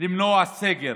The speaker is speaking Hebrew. למנוע סגר,